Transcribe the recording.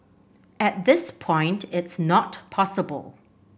at this point it's not possible